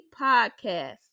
podcast